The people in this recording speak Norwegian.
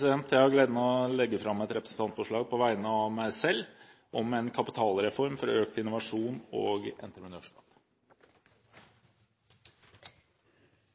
Jeg har gleden av å legge fram et representantforslag på vegne av meg selv om en kapitalreform for å øke innovasjon og entreprenørskap.